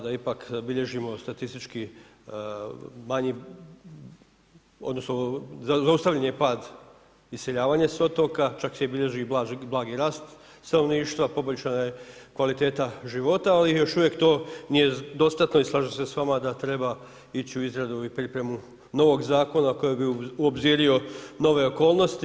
Da ipak bilježimo statistički manji, odnosno zaustavljen je pad iseljavanja s otoka, čak se i bilježi blagi rast stanovništva, poboljšana je kvaliteta života, ali još uvijek to nije dostatno i slažem se s vama da treba ići u izradu i pripremu novog zakona koji bi uobzirio nove okolnosti.